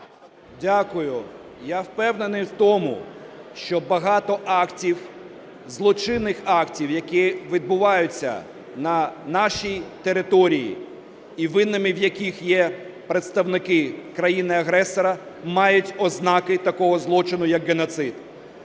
Дякую. Я впевнений в тому, що багато актів, злочинних актів, які відбуваються на нашій території і винними в яких є представники країни-агресора, мають ознаки такого злочину як геноцид.